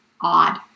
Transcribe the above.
odd